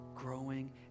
growing